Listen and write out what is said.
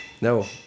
No